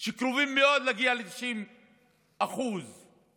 שהם קרובים מאוד להגיע ל-90% אורניום,